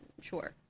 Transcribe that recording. Sure